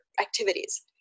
activities